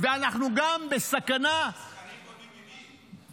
ואנחנו גם בסכנה --- נסחרים ב-BBB.